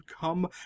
come